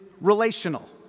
relational